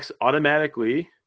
automatically